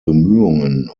bemühungen